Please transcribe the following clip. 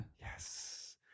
Yes